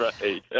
right